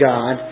God